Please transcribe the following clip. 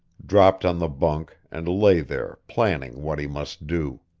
dropped on the bunk and lay there, planning what he must do.